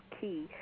key